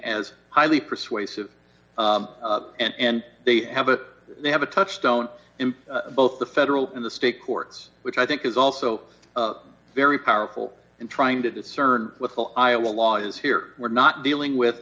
as highly persuasive and they have a they have a touchstone in both the federal and the state courts which i think is also very powerful and trying to discern what the iowa law is here we're not dealing with